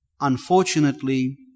Unfortunately